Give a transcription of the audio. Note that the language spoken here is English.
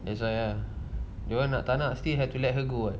that's why ah dia orang nak tak nak still have to let her go [what]